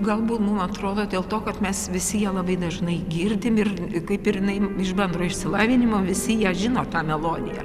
galbūt mum atrodo dėl to kad mes visi ją labai dažnai girdim ir kaip ir jinai iš bendro išsilavinimo visi ją žino tą melodiją